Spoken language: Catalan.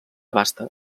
basta